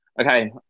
Okay